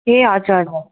ए हजुर